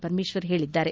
ಪರಮೇಶ್ವರ್ ಹೇಳಿದ್ದಾರೆ